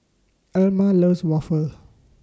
Elma loves Waffle